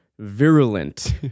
virulent